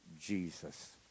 Jesus